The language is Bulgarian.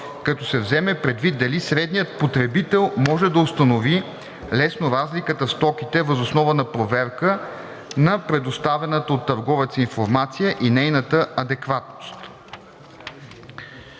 като се вземе предвид дали средният потребител може да установи лесно разликата в стоките въз основа на проверка на предоставената от търговеца информация и нейната адекватност.“